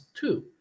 two